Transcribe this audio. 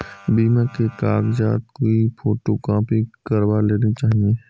बीमा के कागजात की फोटोकॉपी करवा लेनी चाहिए